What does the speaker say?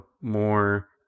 more